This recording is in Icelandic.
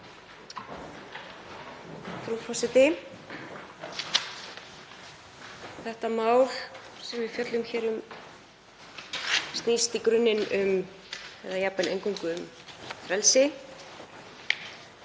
Þetta mál sem við fjöllum hér um snýst í grunninn eða jafnvel eingöngu um frelsi.